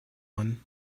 one